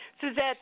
Suzette